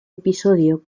episodio